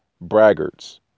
braggarts